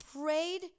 prayed